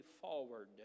forward